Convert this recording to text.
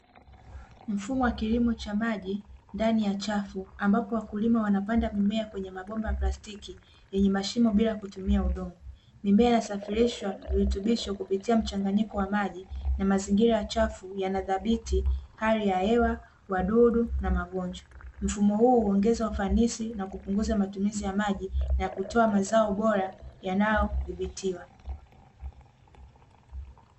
Mfumo wa kilimo cha maji ndani ya chafu ambapo wakulima wanapanda mimea kwenye mabomba ya plastiki yenye mashimo bila kutumia udongo. ambayo inasafirisha virutubisho kupitia mchanganyiko wa maji na mazingira ya chafu yanadhibiti hali ya hewa, wadudu na magonjwa. Mfumo huu huongeza ufanisi na kupunguza matumizi ya maji na kutoa mazao bora yanayodhibitiwa.